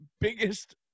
biggest